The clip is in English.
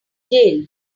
jail